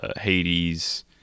Hades